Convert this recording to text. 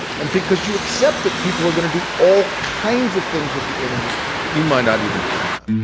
and because you accept that people are going to do all kinds of things with your images that you might not even thought of.